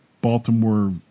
Baltimore